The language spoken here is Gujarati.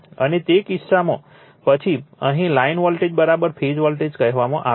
અને તે કિસ્સામાં પછી અહીં લાઈન વોલ્ટેજ ફેઝ વોલ્ટેજ કહેવામાં આવે છે